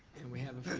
and we have